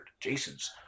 Jason's